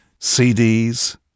CDs